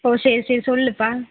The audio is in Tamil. ஓ சரி சரி சொல்லுப்பா